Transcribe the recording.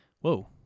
Whoa